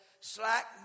Slack